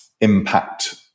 impact